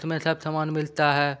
उसमें सब सामान मिलता है